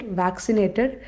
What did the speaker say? vaccinated